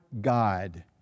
God